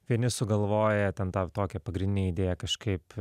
vieni sugalvoja ten tą tokią pagrindinę idėją kažkaip